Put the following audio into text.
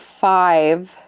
five